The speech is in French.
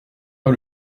pas